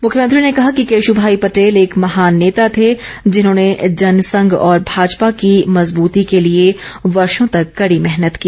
मुख्यमंत्री ने कहा कि केशुभाई पटेल एक महान नेता थे जिन्होंने जनसंघ और भाजपा की मजबूती के लिए वर्षो तक कड़ी मेहनत की